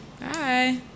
Bye